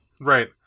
Right